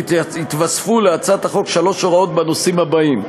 יתווספו להצעת החוק שלוש הוראות, בנושאים האלה: